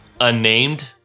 unnamed